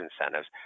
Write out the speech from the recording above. incentives